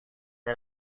and